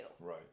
Right